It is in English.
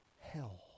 hell